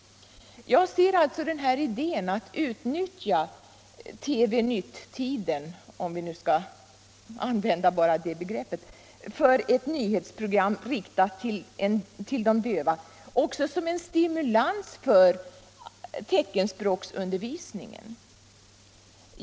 Jag ser den här idén att utnyttja TV-nytt-tiden — om vi skall använda det begreppet — för ett nyhetsprogram, riktat till de döva, som en stimulans också för teckenspråksundervisningen.